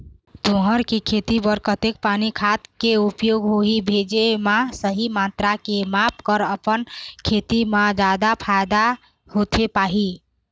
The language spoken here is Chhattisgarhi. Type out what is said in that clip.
तुंहर के खेती बर कतेक पानी खाद के उपयोग होही भेजे मा सही मात्रा के माप कर अपन खेती मा जादा फायदा होथे पाही?